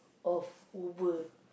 of Uber